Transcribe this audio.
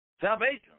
Salvation